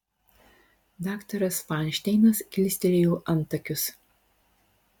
daktaras fainšteinas kilstelėjo antakius